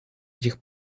этих